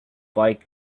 fight